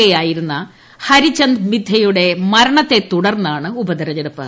A യായിരുന്ന ഹരിചന്ദ് മിദ്ധയുടെ മരണത്തെ തുടർന്നാണ് ഉപതിരഞ്ഞെടുപ്പ്